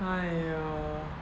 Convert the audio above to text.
!aiyo!